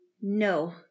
No